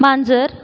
मांजर